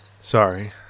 Sorry